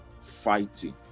fighting